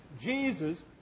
Jesus